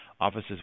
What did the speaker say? offices